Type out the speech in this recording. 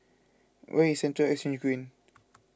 where is Central Exchange Green